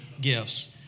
gifts